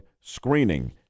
screening